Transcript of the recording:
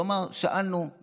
הוא אמר: שאלנו,